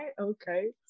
okay